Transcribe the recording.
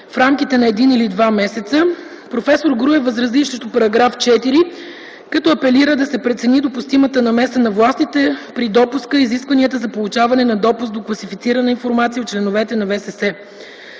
в рамките на един или два месеца. Професор Груев възрази и срещу § 4, като апелира да се прецени допустимата намеса на властите при допуска и изискванията за получаване на допуск до класифицирана информация от членовете на ВСС.